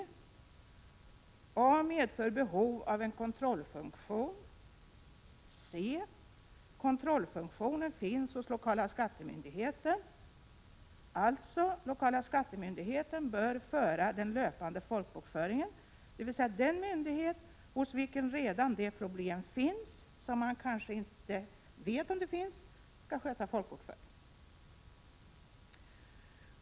Problemet medför behov av en kontrollfunktion. D. Lokala skattemyndigheten bör alltså sköta den löpande folkbokföringen, dvs. den myndighet hos vilken redan det problem finns som man inte vet om det finns skall sköta folkbokföringen.